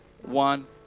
one